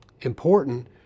important